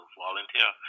volunteer